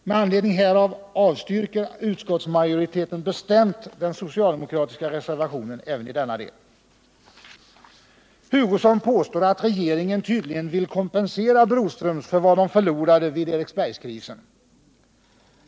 Med anledning härav avstyrker utskottsmajoriteten bestämt den socialdemokratiska reservationen även i denna del. Kurt Hugosson påstår att regeringen tydligen vill kompensera Broströms för vad man förlorade vid Eriksbergskrisen.